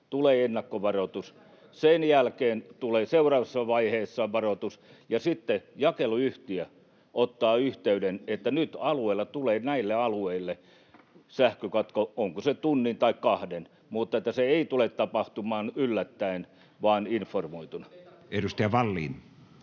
tulee ennakkovaroitus, sen jälkeen tulee seuraavassa vaiheessa varoitus, ja sitten jakeluyhtiö ottaa yhteyden, että nyt alueella tulee näille alueille sähkökatko, onko se sitten tunnin tai kahden. Mutta se ei tule tapahtumaan yllättäen vaan informoituna. [Speech 50]